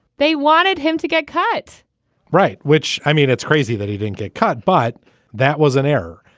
they wanted him to get cut right. which i mean, it's crazy that he didn't get cut, but that was an error.